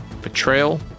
betrayal